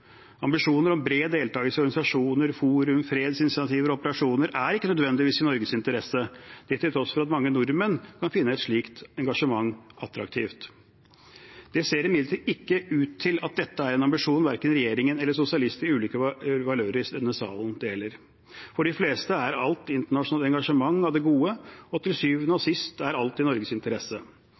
Ambisjoner om bred deltakelse i organisasjoner, forum, fredsinitiativer og operasjoner er ikke nødvendigvis i Norges interesse – det til tross for at mange nordmenn kan finne et slikt engasjement attraktivt. Det ser imidlertid ikke ut til at dette er en ambisjon verken regjeringen eller sosialister i ulike valører i denne salen deler. For de fleste er alt internasjonalt engasjement av det gode, og til syvende og sist er alt i Norges interesse.